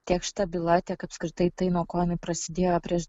tiek šita byla tiek apskritai tai nuo ko jinai prasidėjo prieš